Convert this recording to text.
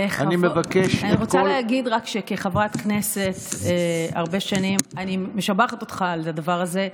אני רוצה להגיד רק שכחברת כנסת הרבה שנים אני משבחת אותך על הדבר זה,